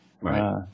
Right